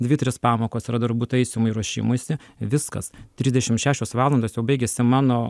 dvi trys pamokos yra darbų taisymai ruošimuisi viskas trisdešimt šešios valandos jau baigiasi mano